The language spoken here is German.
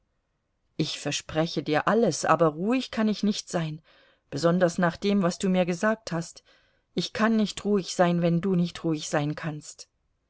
ich verspreche dir alles aber ruhig kann ich nicht sein besonders nach dem was du mir gesagt hast ich kann nicht ruhig sein wenn du nicht ruhig sein kannst